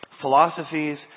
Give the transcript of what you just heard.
philosophies